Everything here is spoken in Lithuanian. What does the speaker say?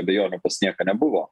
abejonių pas nieką nebuvo